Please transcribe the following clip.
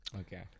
Okay